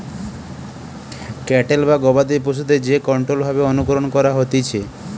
cattle বা গবাদি পশুদের যে কন্ট্রোল্ড ভাবে অনুকরণ করা হতিছে